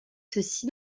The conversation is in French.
ceci